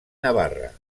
navarra